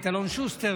את אלון שוסטר,